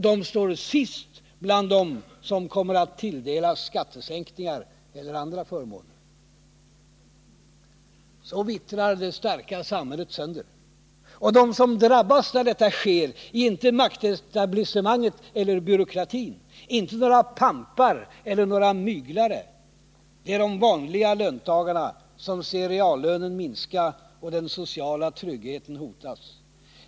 De står sist bland dem som kommer att tilldelas skattesänkningar eller andra förmåner. Så vittrar det starka samhället sönder. Och de som drabbas när detta sker är inte maktetablissemanget eller byråkratin, inte några pampar eller några myglare. Det är de vanliga löntagarna, som ser reallönen minska och den sociala tryggheten hotas.